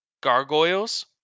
gargoyles